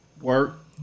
Work